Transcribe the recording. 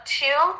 two